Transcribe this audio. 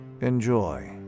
Enjoy